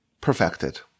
perfected